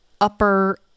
upper